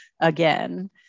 again